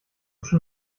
schon